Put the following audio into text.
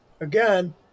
again